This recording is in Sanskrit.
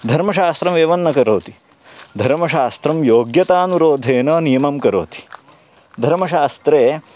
धर्मशास्त्रम् एवं न करोति धर्मशास्त्रं योग्यतानुरोधेन नियमं करोति धर्मशास्त्रे